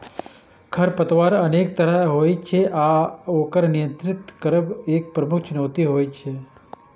खरपतवार अनेक तरहक होइ छै आ ओकर नियंत्रित करब एक प्रमुख चुनौती होइ छै